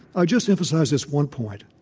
i'll just emphasize this one point.